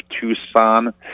Tucson